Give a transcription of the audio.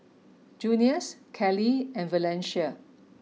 Junius Kelly and Valencia